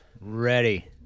ready